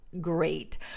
Great